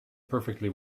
perfectly